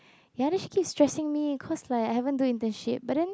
ya this kid is stressing me cause like I haven't do internship but then